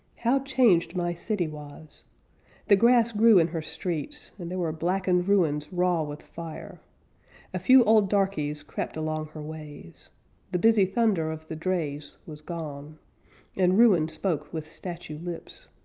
how changed my city was the grass grew in her streets, and there were blackened ruins raw with fire a few old darkies crept along her ways the busy thunder of the drays was gone and ruin spoke with statue lips.